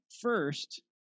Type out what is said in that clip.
first